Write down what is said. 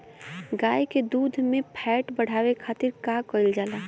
गाय के दूध में फैट बढ़ावे खातिर का कइल जाला?